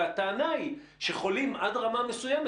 הטענה היא שחולים עד רמה מסוימת,